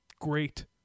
great